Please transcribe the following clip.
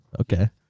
okay